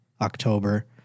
October